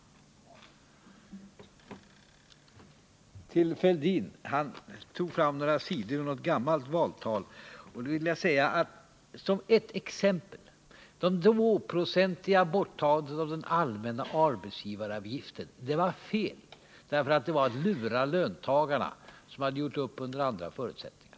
Herr Fälldin tog fram några siffror ur ett gammalt valtal. Arbetsgivaravgiftens minskning med två procentenheter var fel. Det var att lura löntagarna, som hade gjort upp under andra förutsättningar.